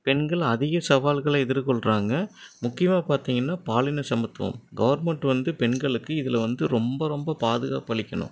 பெண்கள் அதிக சவால்களை எதிர்கொள்கிறாங்க முக்கியமாக பார்த்திங்கன்னா பாலின சமத்துவம் கவர்மெண்ட் வந்து பெண்களுக்கு இதில் வந்து ரொம்ப ரொம்ப பாதுகாப்பு அளிக்கணும்